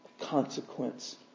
consequence